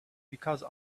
because